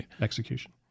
execution